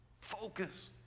Focus